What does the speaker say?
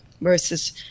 Versus